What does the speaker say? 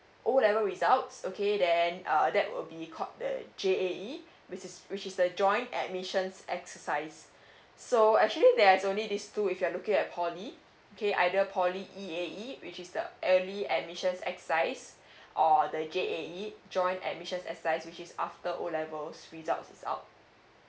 O level results okay then uh that will be called the J_A_E which is which is the joint admissions exercise so actually there's only these two if you're looking at poly okay either poly E_A_E which is the early admissions exercise or the J_A_E joint admissions exercise which is after O levels results is out